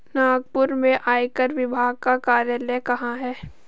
नागपुर में आयकर विभाग का कार्यालय कहाँ है?